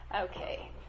Okay